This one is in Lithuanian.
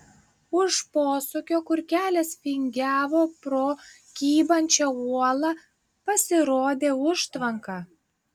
už posūkio kur kelias vingiavo pro kybančią uolą pasirodė užtvanka